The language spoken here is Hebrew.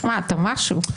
אתה משהו.